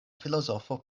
filozofo